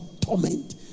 torment